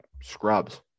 scrubs